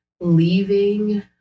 leaving